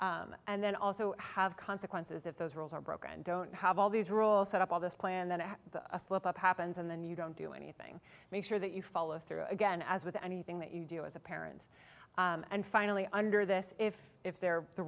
together and then also have consequences if those rules are broken don't have all these rules set up all this plan that a slip up happens and then you don't do anything make sure that you follow through again as with anything that you do as a parent and finally under this if if they're the